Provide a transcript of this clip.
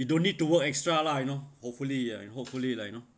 you don't need to work extra lah you know hopefully ah hopefully lah you know